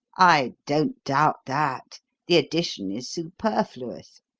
i don't doubt that the addition is superfluous.